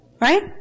Right